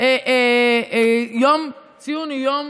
ציון יום